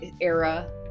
era